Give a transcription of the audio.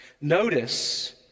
Notice